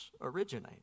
originate